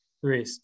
Three